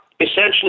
essentially